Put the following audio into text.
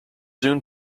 soon